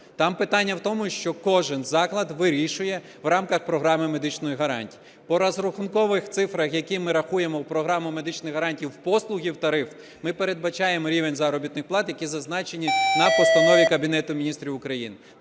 Там питання в тому, що кожен заклад вирішує в рамках програми медичних гарантій. По розрахункових цифрах, які ми рахуємо в програму медичних гарантій в послуги, в тариф, ми передбачаємо рівень заробітних плат, які зазначені в Постанові Кабінету Міністрів України: